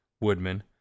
Woodman